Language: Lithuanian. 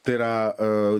tai yra a